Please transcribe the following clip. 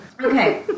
Okay